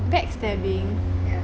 backstabbing